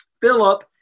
Philip